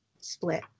split